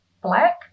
black